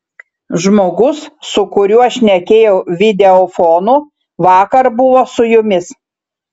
žmogus su kuriuo šnekėjau videofonu vakar buvo su jumis